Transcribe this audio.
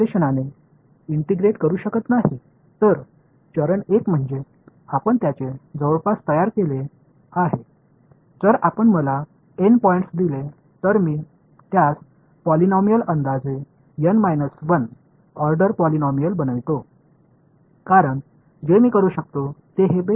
எனவே படி 1 என்பது நாம் சில தோராயங்களை உருவாக்கியுள்ளோம் நீங்கள் எனக்கு N புள்ளிகளைக் கொடுத்தால் அதன் ஒரு பாலினாமியல் தோராயமாக நான் உங்களுக்கு N 1 வரிசையின் ஒரு பாலினாமியலை கொடுக்கிறேன் ஏனென்றால் அது என்னால் செய்யக்கூடிய சிறந்தது